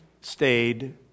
stayed